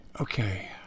Okay